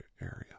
area